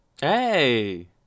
Hey